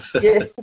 yes